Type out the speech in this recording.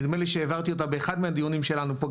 נדמה לי שהעברתי אותה באחד מהדיונים שלנו פה,